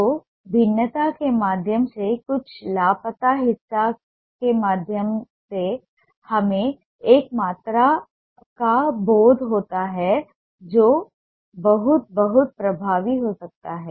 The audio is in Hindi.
तो भिन्नता के माध्यम से कुछ लापता हिस्सों के माध्यम से हमें एक मात्रा का बोध होता है जो बहुत बहुत प्रभावी हो सकता है